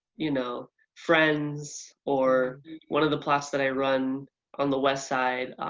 you know friends, or one of the plots that i run on the west side,